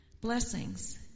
Blessings